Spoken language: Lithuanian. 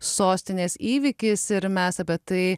sostinės įvykis ir mes apie tai